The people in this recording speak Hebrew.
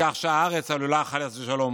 ומכך שהארץ עלולה, חס ושלום,